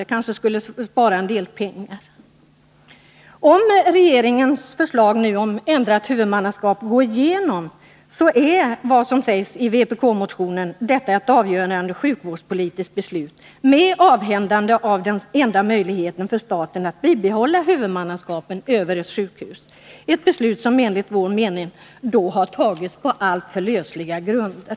Det kanske skulle spara en del pengar. Om regeringens förslag till ändrat huvudmannaskap går igenom är detta, såsom sägs i vpk-motionen, ett avgörande sjukvårdspolitiskt beslut, där staten avhänder sig sin enda möjlighet att bibehålla huvudmannaskapet över sjukhus — ett beslut som enligt vår mening har tagits på alltför lösliga grunder.